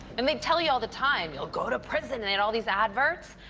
and they'd tell you all the time, oh, go to prison in and all these adverts,